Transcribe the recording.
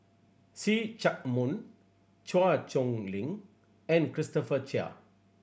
See Chak Mun Chua Chong Long and Christopher Chia